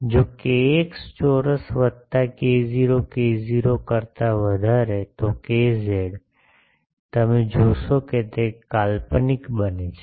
જો kx ચોરસ વત્તા K0 k0 કરતા વધારે તો KZ તમે જોશો કે તે કાલ્પનિક બને છે